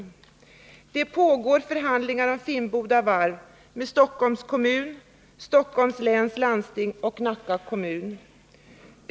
Det pågår förhandlingar om Finnboda Varf mellan Svenska Varv AB, Stockholms kommun, Stockholms läns landsting och Nacka kommun.